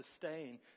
sustain